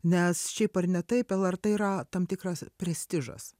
nes šiaip ar ne taip lrt yra tam tikras prestižas